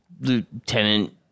Lieutenant